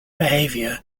behaviour